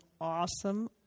awesome